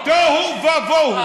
תוהו ובוהו.